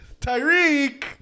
Tyreek